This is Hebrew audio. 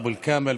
אבו אל-כאמל,